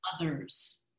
others